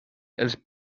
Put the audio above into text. els